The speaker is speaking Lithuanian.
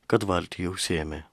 kad valtį jau sėmė